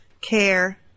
care